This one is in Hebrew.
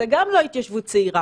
זו גם לא התיישבות צעירה.